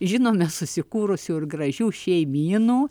žinome susikūrusių ir gražių šeimynų